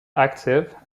active